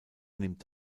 nimmt